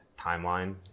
timeline